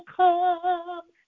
come